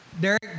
Derek